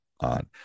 on